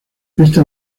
esta